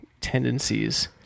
tendencies